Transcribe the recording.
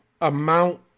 amount